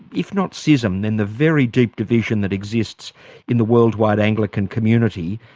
if not schism, then the very deep division that exists in the worldwide anglican community,